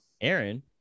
Aaron